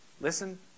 listen